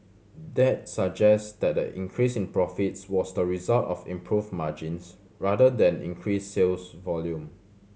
that suggest that the increase in profits was the result of improved margins rather than increased sales volume